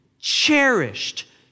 cherished